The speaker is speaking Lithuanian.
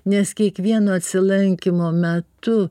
nes kiekvieno atsilankymo metu